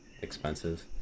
expensive